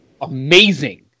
amazing